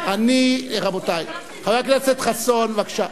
חבר הכנסת חסון, בבקשה.